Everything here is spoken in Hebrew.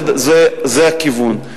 זה הכיוון.